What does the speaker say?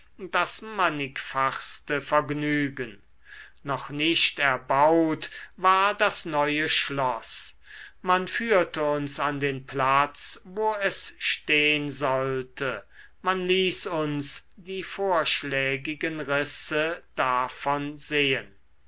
das mannigfachste vergnügen noch nicht erbaut war das neue schloß man führte uns an den platz wo es stehn sollte man ließ uns die vorschlägigen risse davon sehen